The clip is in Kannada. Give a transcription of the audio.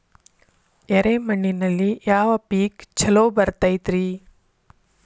ಎರೆ ಮಣ್ಣಿನಲ್ಲಿ ಯಾವ ಪೇಕ್ ಛಲೋ ಬರತೈತ್ರಿ?